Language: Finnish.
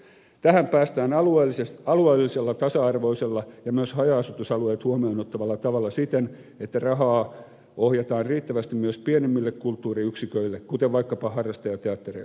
tähän päästään alueellisesti tasa arvoisella ja myös haja asutusalueet huomioon ottavalla tavalla siten että rahaa ohjataan riittävästi myös pienemmille kulttuuriyksiköille kuten vaikkapa harrastajateattereille